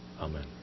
amen